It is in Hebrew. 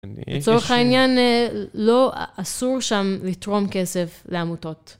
לצורך העניין, לא אסור שם לתרום כסף לעמותות.